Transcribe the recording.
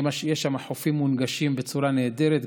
יש שם חופים מונגשים בצורה נהדרת,